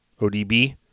ODB